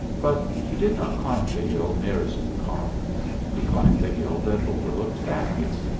but, he did not climb the hill nearest the car he climbed the hill that overlooked that hill.